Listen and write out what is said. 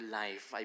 life